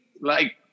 Like-